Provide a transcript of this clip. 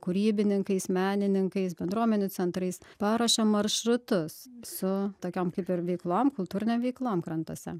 kūrybininkais menininkais bendruomenių centrais paruošėm maršrutus su tokiom kaip ir veiklom kultūrinėm veiklom krantuose